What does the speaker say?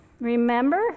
remember